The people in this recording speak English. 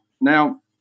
Now